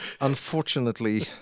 unfortunately